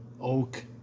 oak